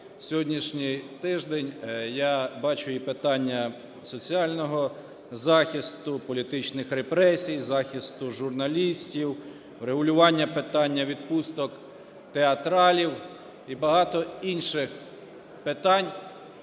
сьогоднішній тиждень, я бачу і питання соціального захисту, політичних репресій, захисту журналістів, врегулювання питання відпусток театралів і багато інших питань,